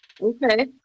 Okay